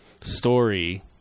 story